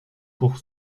pour